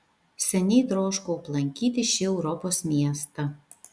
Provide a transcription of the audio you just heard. seniai troškau aplankyti šį europos miestą